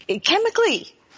chemically